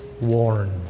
warned